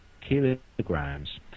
kilograms